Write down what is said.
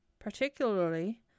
particularly